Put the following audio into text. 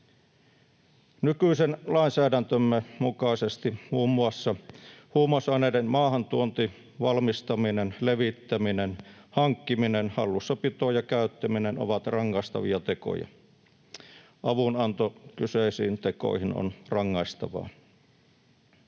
Nykyisen lainsäädäntömme mukaisesti muun muassa huumausaineiden maahantuonti, valmistaminen, levittäminen, hankkiminen, hallussapito ja käyttäminen ovat rangaistavia tekoja. Avunanto kyseisiin tekoihin on rangaistavaa.